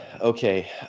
Okay